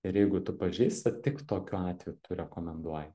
ir jeigu tu pažįsti tik tokiu atveju tu rekomenduoji